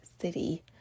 city